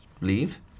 leave